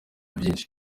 vyinshi